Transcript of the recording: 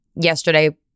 yesterday